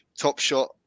Topshot